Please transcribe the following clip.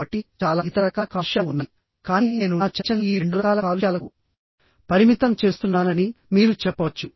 కాబట్టి చాలా ఇతర రకాల కాలుష్యాలు ఉన్నాయి కానీ నేను నా చర్చను ఈ రెండు రకాల కాలుష్యాలకు పరిమితం చేస్తున్నానని మీరు చెప్పవచ్చు